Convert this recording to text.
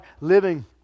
living